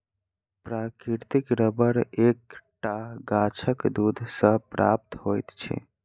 प्राकृतिक रबर एक टा गाछक दूध सॅ प्राप्त होइत छै